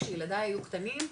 כשילדיי היו קטנים,